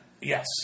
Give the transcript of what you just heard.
yes